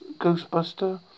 Ghostbuster